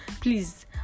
please